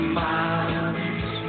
minds